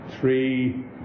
three